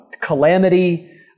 calamity